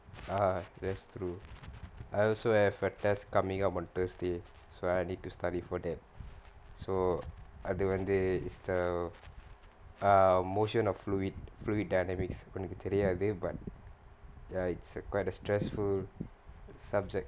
ah that's true I also have a test coming up on thursday so I need to study for that so அது வந்து:athu vanthu is the uh motion of fluid fluid dynamics உனக்கு தெரியாது:unakku theriyaathu but ya it's err quite a stressful subject